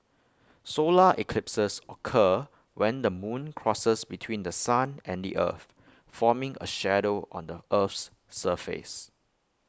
solar eclipses occur when the moon crosses between The Sun and the earth forming A shadow on the Earth's surface